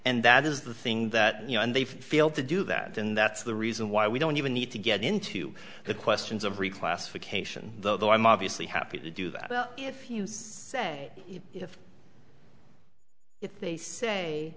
and that is the thing that you know and they fail to do that and that's the reason why we don't even need to get into the questions of reclassification though i'm obviously happy to do that if you say if they say